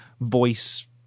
voice